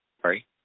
Sorry